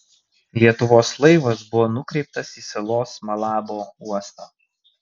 lietuvos laivas buvo nukreiptas į salos malabo uostą